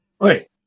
Wait